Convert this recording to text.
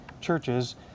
churches